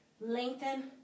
lengthen